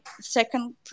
second